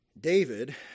David